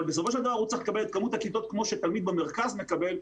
אבל בסופו של דבר הוא צריך לקבל את כמות הכיתות כמו שתלמיד במרכז מקבל.